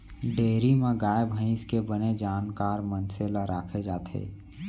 dairy म गाय भईंस के बने जानकार मनसे ल राखे जाथे